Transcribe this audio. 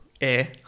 air